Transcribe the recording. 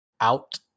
out